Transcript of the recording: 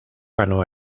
ganó